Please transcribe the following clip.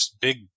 big